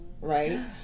right